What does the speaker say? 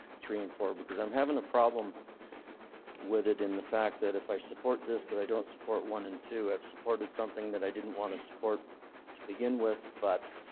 three and four because i'm having a problem with it in the fact that if i support this but i don't support one and two, i've supported something that i didn't want to support to begin with, but